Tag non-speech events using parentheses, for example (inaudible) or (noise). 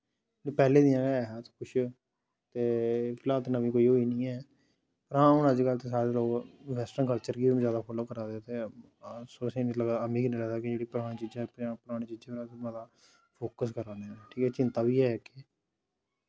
पैह्ले दियां ऐ हां किश ए फिलहाल ते नमीं कोई होई निं ऐ हां हून अजकल ते सारे लोक वैस्टर्न कल्चर गी हून जैदा फालो करै दे ते (unintelligible) मी निं लगदा कि जेह्ड़ी परानी चीजां परानी चीजां दा मता फोकस करा ने ठीक ऐ चिंता बी ऐ इक एह्